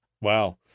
Wow